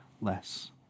less